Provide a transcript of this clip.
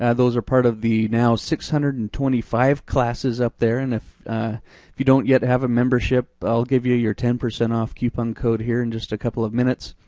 and those are part of the now six hundred and twenty five classes up there, and if you don't yet have a membership, i'll give you your ten percent off coupon code here in just a couple of minutes.